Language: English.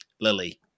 Lily